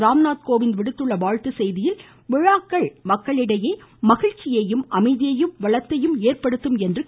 ராம்நாத் கோவிந்த் விடுத்துள்ள வாழ்த்துச் செய்தியில் விழாக்கள் மக்களிடையே மகிழ்ச்சியையும் அமைதியையும் வளத்தையும் ஏற்படுத்தும் என்றார்